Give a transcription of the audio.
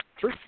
True